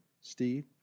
Steve